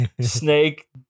snake